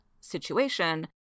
situation